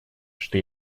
что